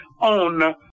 on